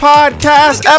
Podcast